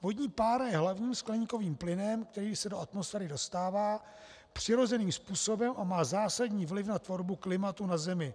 Vodní pára je hlavním skleníkovým plynem, který se do atmosféry dostává přirozeným způsobem a má zásadní vliv na tvorbu klimatu na zemi.